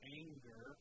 anger